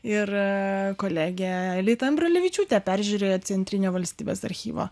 ir kolegę elytė ambrulevičiūtė peržiūrėjo centrinio valstybės archyvo